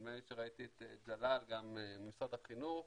נדמה לי שראיתי את ג'לאל ממשרד החינוך